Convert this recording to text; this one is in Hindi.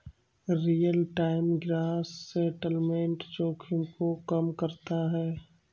रीयल टाइम ग्रॉस सेटलमेंट जोखिम को कम करता है